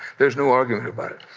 there's no argument about it.